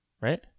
right